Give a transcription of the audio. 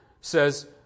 says